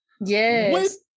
Yes